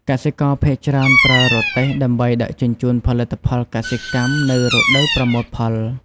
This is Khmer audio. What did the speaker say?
កសិករភាគច្រើនប្រើរទេះ ដើម្បីដឹកជញ្ជូនផលិតផលកសិកម្មនៅរដូវប្រមូលផល។